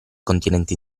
continente